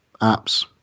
apps